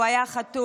הוא היה חתול.